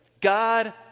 God